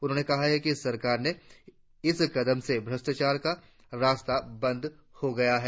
उन्होंने कहा कि सरकार के इस कदम से भ्रष्टाचार का रास्ता बंद हो गया है